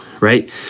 right